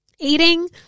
eating